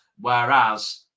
whereas